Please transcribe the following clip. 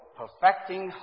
perfecting